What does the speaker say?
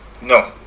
No